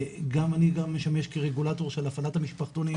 גם אני משמש כרגולטור של הפעלת המשפחתונים,